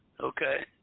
okay